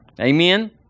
amen